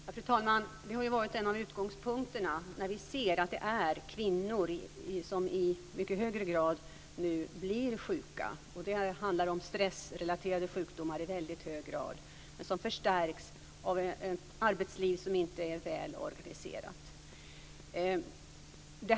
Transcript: Fru talman! Det har varit en av utgångspunkterna, eftersom vi ser att det är kvinnor som i mycket högre grad nu blir sjuka. Det handlar i väldigt hög grad om stressrelaterade sjukdomar som förstärks av ett arbetsliv som inte är väl organiserat.